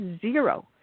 zero